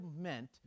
meant